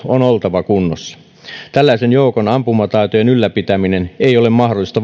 on oltava kunnossa tällaisen joukon ampumataitojen ylläpitäminen ei ole mahdollista